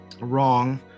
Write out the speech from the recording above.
wrong